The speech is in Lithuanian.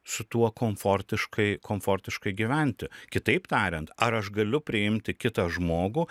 su tuo komfortiškai komfortiškai gyventi kitaip tariant ar aš galiu priimti kitą žmogų